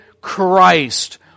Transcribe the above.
Christ